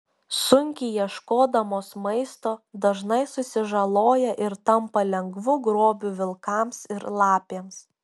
sunkiai ieškodamos maisto dažnai susižaloja ir tampa lengvu grobiu vilkams ir lapėms